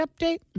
update